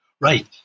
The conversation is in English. Right